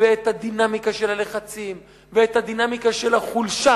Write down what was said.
ואת הדינמיקה של הלחצים ואת הדינמיקה של החולשה